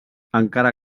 encara